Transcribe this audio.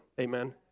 Amen